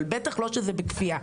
אבל בטח לא כשזה בכפייה.